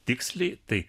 tiksliai tai